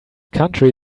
country